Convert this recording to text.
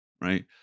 right